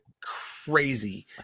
crazy